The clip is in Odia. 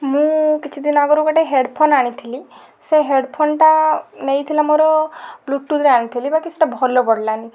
ମୁଁ କିଛିଦିନ ଆଗରୁ ଗୋଟେ ହେଡ଼୍ଫୋନ୍ ଆଣିଥିଲି ସେ ହେଡ଼୍ଫୋନ୍ଟା ନେଇଥିଲା ମୋର ବ୍ଲୁଟୁଥ୍ର ଆଣିଥିଲି ବାକି ସେଇଟା ଭଲ ପଡ଼ିଲାନି